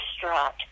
distraught